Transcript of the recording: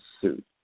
suit